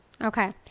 Okay